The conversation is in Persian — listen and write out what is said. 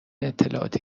اطلاعاتی